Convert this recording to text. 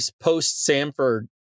post-Sanford